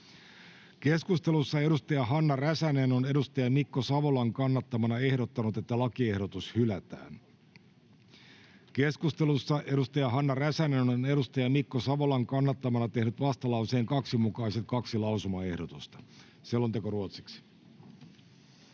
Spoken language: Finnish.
Keskustelussa edustaja Hanna Räsänen on edustaja Mikko Savolan kannattamana ehdottanut, että lakiehdotus hylätään. Keskustelussa edustaja Hanna Räsänen on edustaja Mikko Savolan kannattamana tehnyt vastalauseen 2 mukaiset kaksi lausumaehdotusta. — Selonteko ruotsiksi.